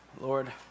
Lord